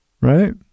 Right